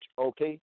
okay